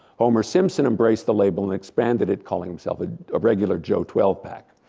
homer simpson embraced the label and expanded it calling himself a regular joe twelve pack.